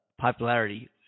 popularity